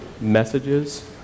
Messages